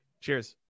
Cheers